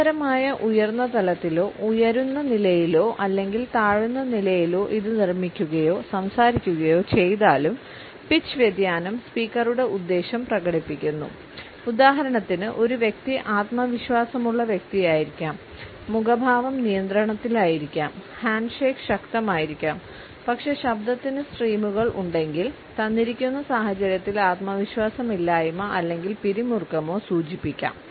നിരന്തരമായ ഉയർന്ന തലത്തിലോ ഉയരുന്ന നിലയിലോ അല്ലെങ്കിൽ താഴുന്ന നിലയിലോ ഇത് നിർമ്മിക്കുകയോ സംസാരിക്കുകയോ ചെയ്താലും പിച്ച് വ്യതിയാനം സ്പീക്കറുടെ ഉദ്ദേശ്യം പ്രകടിപ്പിക്കുന്നു ഉദാഹരണത്തിന് ഒരു വ്യക്തി ആത്മവിശ്വാസമുള്ള വ്യക്തിയായിരിക്കാം മുഖഭാവം നിയന്ത്രണത്തിലായിരിക്കാം ഹാൻഡ്ഷേക്ക് ശക്തമായിരിക്കാം പക്ഷേ ശബ്ദത്തിന് സ്ട്രീമറുകൾ ഉണ്ടെങ്കിൽ തന്നിരിക്കുന്ന സാഹചര്യത്തിൽ ആത്മവിശ്വാസമില്ലായ്മ അല്ലെങ്കിൽ പിരിമുറുക്കമോ സൂചിപ്പിക്കുന്നു